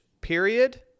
period